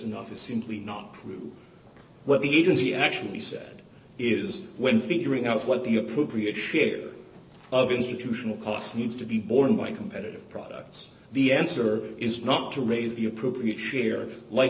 enough is simply not true but even he actually said is when figuring out what the appropriate share of institutional costs needs to be borne by competitive products the answer is not to raise the appropriate shere like